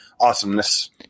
Awesomeness